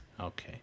Okay